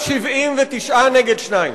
גם 79 נגד שניים.